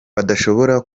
badashobora